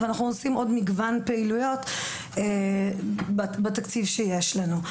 ואנחנו עושים עוד מגוון פעילויות בתקציב שיש לנו.